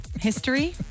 history